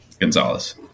Gonzalez